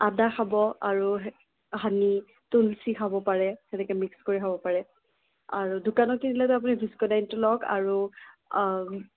আদা খাব আৰু হা হানি তুলচি খাব পাৰে এনেকে মিক্স কৰি খাব পাৰে আৰু দোকানত কিনিলে আপুনি ভিস্কোডাইনটো লওক আৰু